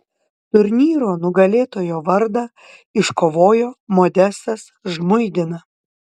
turnyro nugalėtojo vardą iškovojo modestas žmuidina